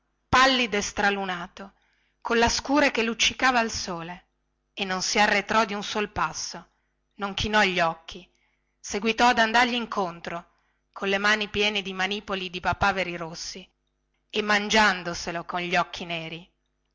e stralunato colla scure che luccicava al sole e non si arretrò di un sol passo non chinò gli occhi seguitò ad andargli incontro con le mani piene di manipoli di papaveri rossi e mangiandoselo con gli occhi neri